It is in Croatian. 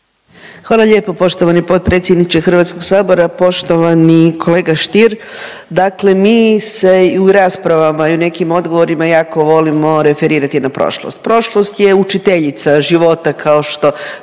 Hvala lijepo poštovani potpredsjedniče Hrvatskog sabora. Poštovani kolega Stier, dakle mi se i u raspravama i u nekim odgovorima jako volimo referati na prošlost. Prošlost je učiteljica života kao što